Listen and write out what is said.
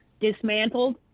dismantled